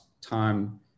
time